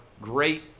great